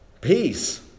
Peace